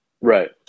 Right